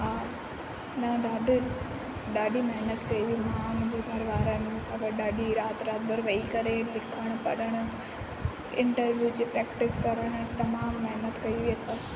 हा न ॾाढी ॾाढी महिनत कई हुई मां मुंहिंजे घर वारनि मूंसां गॾु राति राति भर वेही करे लिखणु पढ़णु इंटरव्यू जी प्रक्टिस करणु तमामु महिनत कई हुई असां